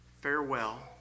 farewell